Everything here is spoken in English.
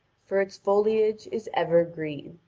for its foliage is evergreen,